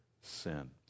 sin